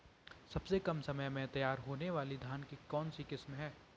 सबसे कम समय में तैयार होने वाली धान की किस्म कौन सी है?